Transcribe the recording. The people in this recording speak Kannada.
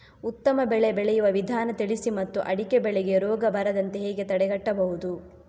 ಉತ್ತಮ ಬೆಳೆ ಬೆಳೆಯುವ ವಿಧಾನ ತಿಳಿಸಿ ಮತ್ತು ಅಡಿಕೆ ಬೆಳೆಗೆ ರೋಗ ಬರದಂತೆ ಹೇಗೆ ತಡೆಗಟ್ಟಬಹುದು?